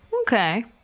Okay